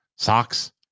Socks